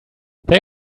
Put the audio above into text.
they